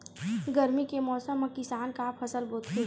गरमी के मौसम मा किसान का फसल बोथे?